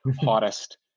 hottest